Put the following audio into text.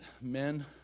men